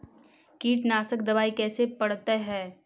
कीटनाशक दबाइ कैसे पड़तै है?